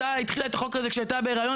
התחילה את החוק הזה כשהיא הייתה בהריון.